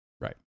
Right